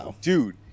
Dude